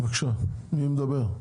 בבקשה מי מדבר?